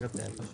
עוד שתי